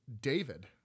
David